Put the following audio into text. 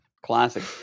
classic